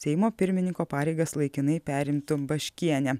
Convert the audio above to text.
seimo pirmininko pareigas laikinai perimtų baškienė